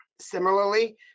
Similarly